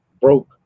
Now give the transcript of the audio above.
broke